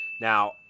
Now